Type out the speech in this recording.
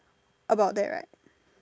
about that right